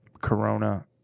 Corona